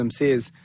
says